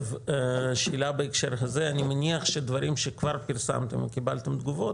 שאלה בהקשר הזה: אני מניח שדברים שכבר פרסמתם וקיבלתם תגובות,